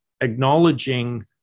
acknowledging